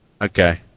Okay